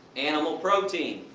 animal protein.